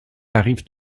arrivent